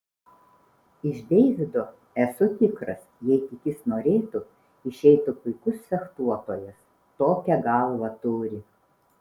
iš deivido esu tikras jei tik jis norėtų išeitų puikus fechtuotojas tokią galvą turi